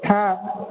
হ্যাঁ